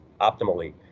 optimally